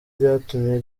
ryatumye